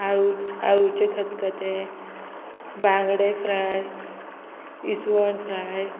आळू आळूचें खतखतें बांगडे फ्राय इस्वण फ्राय